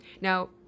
Now